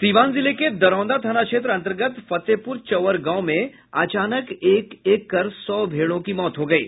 सीवान जिले के दरौंदा थाना क्षेत्र अंतर्गत फतेपुर चौवर गांव में अचानक एक एक कर सौ भेड़ों की मौत हो गयी